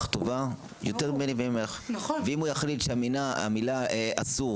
טובה יותר ממני וממך ואם הוא יחליט שהמילה אסור